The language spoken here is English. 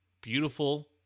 beautiful